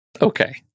Okay